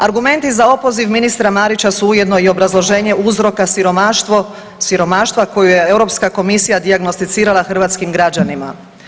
Argumenti za opoziv ministra Marića su ujedno i obrazloženje uzroka siromaštva koju je Europska Komisija dijagnosticirala hrvatskim građanima.